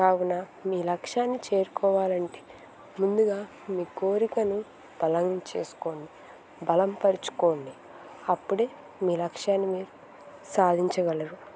కావున మీ లక్ష్యాన్ని చేరుకోవాలంటే ముందుగా మీ కోరికను బలం చేసుకోండి బలం పరుచుకోండి అప్పుడే మీ లక్ష్యాన్ని మీరు సాధించగలరు